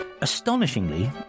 Astonishingly